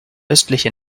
östliche